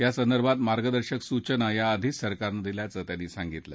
या संदर्भात मार्गदर्शक सूचना या आधीच सरकारनं दिल्याचं त्यांनी सांगितलं